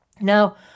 Now